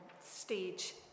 stage